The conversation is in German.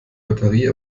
batterie